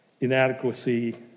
inadequacy